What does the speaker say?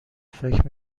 فکر